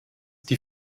die